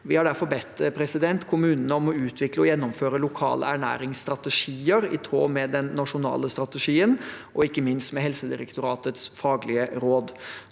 Vi har derfor bedt kommunene om å utvikle og gjennomføre lokale ernæringsstrategier i tråd med den nasjonale strategien, og ikke minst med Helsedirektoratets faglige råd.